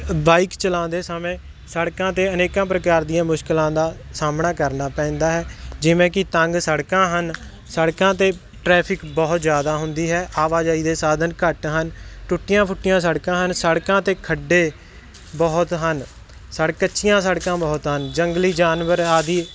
bike ਚਲਾਉਂਦੇ ਸਮੇਂ ਸੜਕਾਂ 'ਤੇ ਅਨੇਕਾਂ ਪ੍ਰਕਾਰ ਦੀਆਂ ਮੁਸ਼ਕਿਲਾਂ ਦਾ ਸਾਹਮਣਾ ਕਰਨਾ ਪੈਂਦਾ ਹੈ ਜਿਵੇਂ ਕਿ ਤੰਗ ਸੜਕਾਂ ਹਨ ਸੜਕਾਂ 'ਤੇ ਟਰੈਫਿਕ ਬਹੁਤ ਜ਼ਿਆਦਾ ਹੁੰਦੀ ਹੈ ਆਵਾਜਾਈ ਦੇ ਸਾਧਨ ਘੱਟ ਹਨ ਟੁੱਟੀਆਂ ਫੁੱਟੀਆਂ ਸੜਕਾਂ ਹਨ ਸੜਕਾਂ 'ਤੇ ਖੱਡੇ ਬਹੁਤ ਹਨ ਸੜ ਕੱਚੀਆਂ ਸੜਕਾਂ ਬਹੁਤ ਹਨ ਜੰਗਲੀ ਜਾਨਵਰ ਆਦਿ